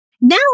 Now